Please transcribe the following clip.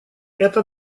это